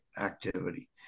activity